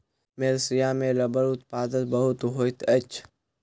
Malaysia में रबड़ उत्पादन बहुत होइत अछि